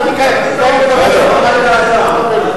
וגם את האומה, אדוני היושב-ראש.